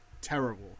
terrible